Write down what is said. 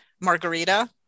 margarita